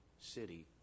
City